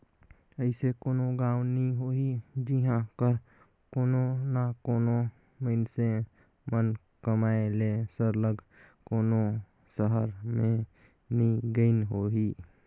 अइसे कोनो गाँव नी होही जिहां कर कोनो ना कोनो मइनसे मन कमाए ले सरलग कोनो सहर में नी गइन होहीं